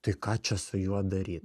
tai ką čia su juo daryt